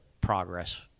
progress